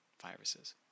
viruses